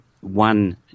one